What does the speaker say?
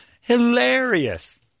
Hilarious